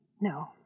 no